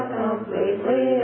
completely